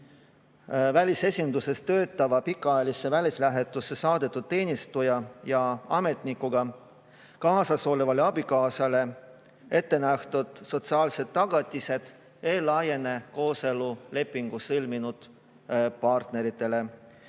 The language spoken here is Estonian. välisesinduses töötava pikaajalisse välislähetusse saadetud teenistuja ja ametnikuga kaasasolevale abikaasale ette nähtud sotsiaalsed tagatised ei laiene kooselulepingu sõlminud partneritele.